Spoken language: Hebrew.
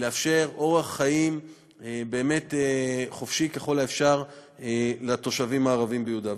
לאפשר אורח חיים באמת חופשי ככל האפשר לתושבים הערבים ביהודה ושומרון.